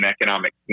economic